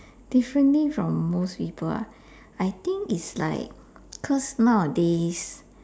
differently from most people ah I think it's like cause nowadays